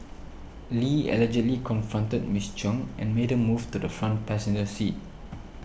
Lee allegedly confronted Miss Chung and made her move to the front passenger seat